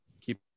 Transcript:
keep